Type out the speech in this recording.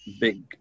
big